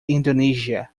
indonesia